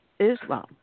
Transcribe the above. Islam